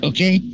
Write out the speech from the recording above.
Okay